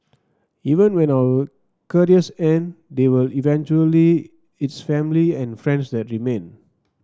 even when our careers end they will eventually it's family and friends that remain